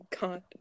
god